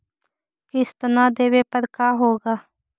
किस्त न देबे पर का होगा?